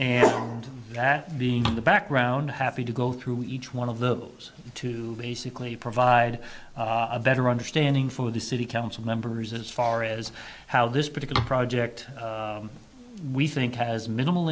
and that being in the background happy to go through each one of the two basically provide a better understanding for the city council members as far as how this particular project we think has minimal